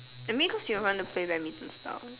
I mean cause you want to play badminton style